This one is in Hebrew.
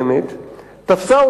אני מכיר אותך כחבר כנסת, מאה אחוז.